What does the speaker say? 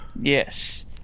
yes